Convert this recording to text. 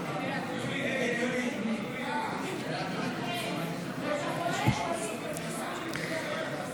תוספת תקציב לא נתקבלו.